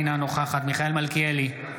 אינה נוכחת מיכאל מלכיאלי,